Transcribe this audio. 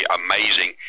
amazing